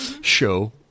show